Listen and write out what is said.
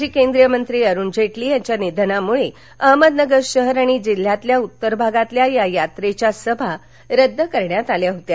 माजी केंद्रीय मंत्री अरुण जेटली यांच्या निधनामुळे अहमदनगर शहर आणि जिल्ह्यातील उत्तर भागातील या यात्रेच्या सभा रद्द करण्यात आल्या होत्या